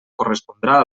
correspondrà